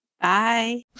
Bye